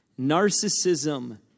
Narcissism